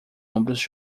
ombros